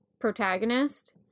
protagonist